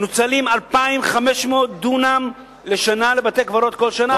מנוצלים 2,500 דונם לבתי-קברות כל שנה,